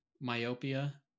myopia